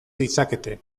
ditzakete